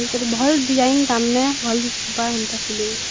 ଭଲ ଡ଼ିଜାଇନ୍ ତାମାନେ ଭଲ୍ ପିନ୍ଧିବ